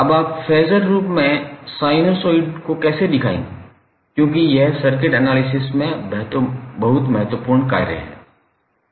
अब आप फेज़र रूप में साइनसॉइड को कैसे दिखाएंगे क्योंकि यह सर्किट एनालिसिस में बहुत महत्वपूर्ण कार्य है